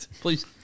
Please